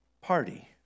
party